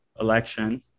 election